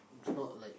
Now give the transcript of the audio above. it's not like